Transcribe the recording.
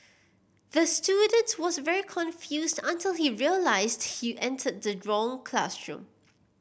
the student was very confused until he realised he entered the wrong classroom